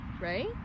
Right